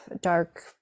dark